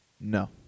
no